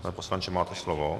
Pane poslanče, máte slovo.